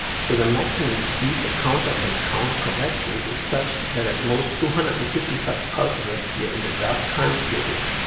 so the maximum speed the counter can count correctly is such that at most two hundred and fifty five pulses appear in the dark time period.